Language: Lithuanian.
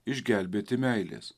išgelbėti meilės